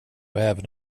även